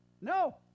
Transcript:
No